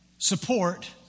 support